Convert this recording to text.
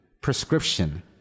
prescription